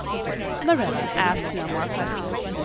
marilla asked no more questions.